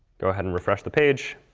go ahead and refresh the page.